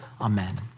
Amen